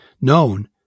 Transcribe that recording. known